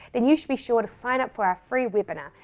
then you should be sure to sign up for our free webinar,